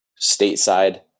stateside